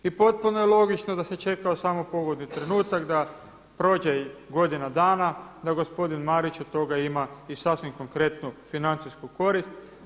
I potpuno je logično da se čekao samo pogodni trenutak da prođe godina dana da gospodin Marić od toga ima i sasvim konkretnu financijsku korist.